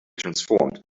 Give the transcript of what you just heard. transformed